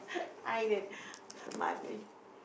idol Mark-Lee